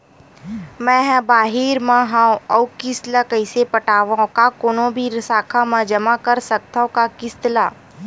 मैं हा बाहिर मा हाव आऊ किस्त ला कइसे पटावव, का कोनो भी शाखा मा जमा कर सकथव का किस्त ला?